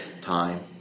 time